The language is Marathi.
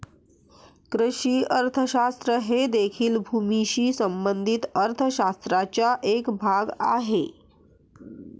कृषी अर्थशास्त्र हे देखील भूमीशी संबंधित अर्थ शास्त्राचा एक भाग आहे